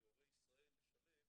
מהורי ישראל לשלם